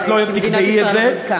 את לא תקבעי את זה.